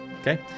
Okay